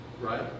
right